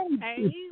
Hey